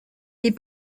les